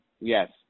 Yes